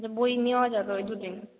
আচ্ছা বই নেওয়া যাবে ওই দু দিন